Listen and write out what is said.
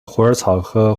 虎耳草科